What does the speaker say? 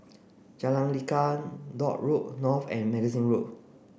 Jalan Lekar Dock Road North and Magazine Road